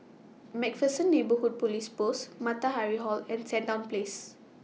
MacPherson Neighbourhood Police Post Matahari Hall and Sandown Place